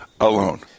alone